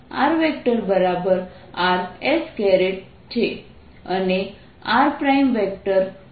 તેથી આ rrs છે